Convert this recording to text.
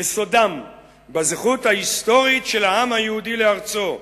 יסודם בזכות ההיסטורית של העם היהודי על ארצו,